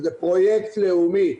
זה פרויקט לאומי.